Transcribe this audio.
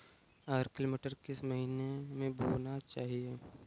Arkel मटर किस महीना में बोना चाहिए?